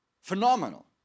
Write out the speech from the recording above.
Phenomenal